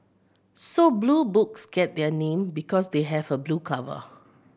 so Blue Books get their name because they have a blue cover